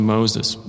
Moses